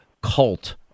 cult